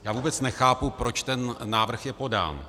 Já vůbec nechápu, proč ten návrh je podán.